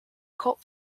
cult